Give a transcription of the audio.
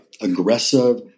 aggressive